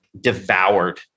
devoured